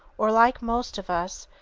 or, like most of us,